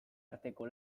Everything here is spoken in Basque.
arteko